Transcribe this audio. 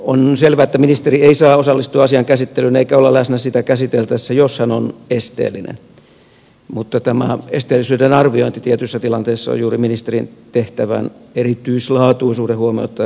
on selvää että ministeri ei saa osallistua asian käsittelyyn eikä olla läsnä sitä käsiteltäessä jos hän on esteellinen mutta tämä esteellisyyden arviointi on tietyissä tilanteissa juuri ministerin tehtävän erityislaatuisuus huomioon ottaen hankalaa